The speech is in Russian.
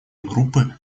группы